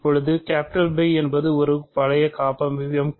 இப்போது Φஎன்பது ஒரு வளைய காப்பமைவியம்